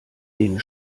denen